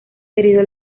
herido